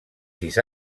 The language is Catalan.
sis